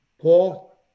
Paul